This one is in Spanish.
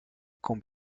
con